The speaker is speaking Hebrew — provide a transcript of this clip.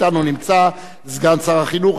אתנו נמצא סגן שר החינוך,